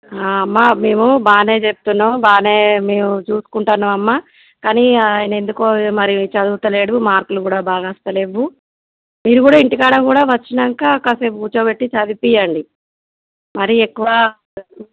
అమ్మా మేము బాగానే చెప్తున్నాము బాగానే మేము చూసుకుంటాన్నము కానీ ఆయనేందుకో మరి చదువడంలేదు మార్కులు కూడా బాగా వస్తలేవు మీరు కూడా ఇంటికాడ కూడా వచ్చాక కాసేపు కూర్చోబెట్టి చదివించండి మరీ ఎక్కువ